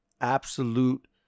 absolute